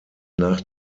nach